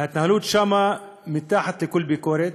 ההתנהלות שם מתחת לכל ביקורת,